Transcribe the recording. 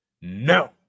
no